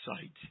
sight